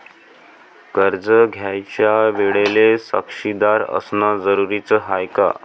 कर्ज घ्यायच्या वेळेले साक्षीदार असनं जरुरीच हाय का?